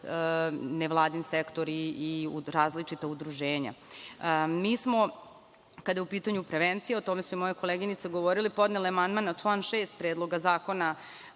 nevladin sektor i različita udruženja. Kada je u pitanju prevencija, mi smo, o tome su i moje koleginice govorile, podnele amandman na član 6. Predloga zakona